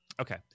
okay